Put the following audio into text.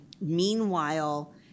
Meanwhile